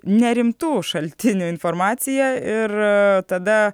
nerimtų šaltinių informacija ir tada